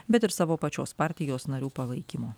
bet ir savo pačios partijos narių palaikymo